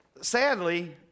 sadly